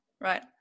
right